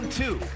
two